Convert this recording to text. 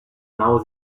now